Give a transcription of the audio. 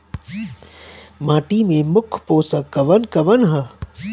माटी में मुख्य पोषक कवन कवन ह?